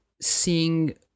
seeing